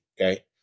okay